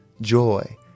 joy